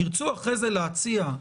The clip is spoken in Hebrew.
תרצו אחרי זה להציע,